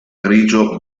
grigio